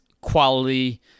quality